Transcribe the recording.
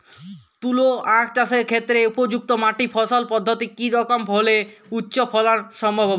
তুলো আঁখ চাষের ক্ষেত্রে উপযুক্ত মাটি ফলন পদ্ধতি কী রকম হলে উচ্চ ফলন সম্ভব হবে?